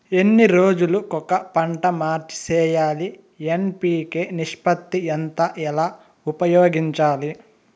ఎన్ని రోజులు కొక పంట మార్చి సేయాలి ఎన్.పి.కె నిష్పత్తి ఎంత ఎలా ఉపయోగించాలి?